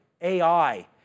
AI